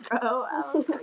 bro